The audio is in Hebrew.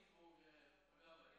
צוהריים